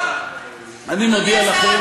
אני מודיע לכם,